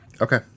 Okay